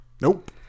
Nope